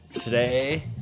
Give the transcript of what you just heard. Today